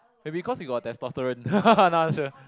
maybe cause we got testosterone nah not sure